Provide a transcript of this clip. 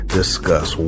discuss